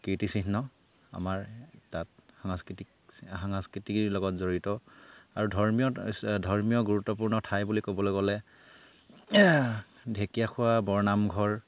কীৰ্তিচিহ্ন আমাৰ তাত সাংস্কৃতিক সাংস্কৃতিক লগত জড়িত আৰু ধৰ্মীয় ইছ্ ধৰ্মীয় গুৰুত্বপূৰ্ণ ঠাই বুলি ক'বলৈ গ'লে ঢেকীয়াখোৱা বৰনামঘৰ